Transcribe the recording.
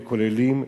בכוללים,